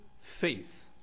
faith